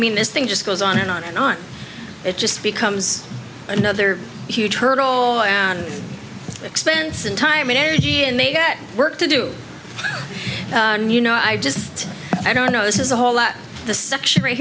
mean this thing just goes on and on and on it just becomes another huge hurdle and expense and time and energy and they've got work to do you know i just i don't know this is a whole lot the section